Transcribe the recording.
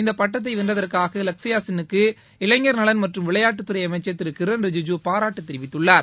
இந்த பட்டத்தை வென்றதற்காக லக்சயா சென் க்கு இளைஞர் நலன் மற்றும் விளையாட்டுத்துறை அமைச்சர் திரு கிரண் ரிஜிஜு பாராட்டு தெரிவித்துள்ளார்